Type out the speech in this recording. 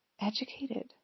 educated